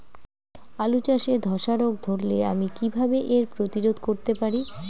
আলু চাষে ধসা রোগ ধরলে আমি কীভাবে এর প্রতিরোধ করতে পারি?